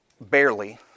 barely